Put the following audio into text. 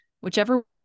Whichever